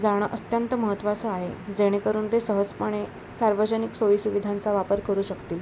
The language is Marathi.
जाणं अत्यंत महत्वाचं आहे जेणेकरून ते सहजपणे सार्वजनिक सोयीसुविधांचा वापर करू शकतील